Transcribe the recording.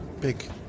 big